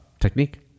technique